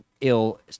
ill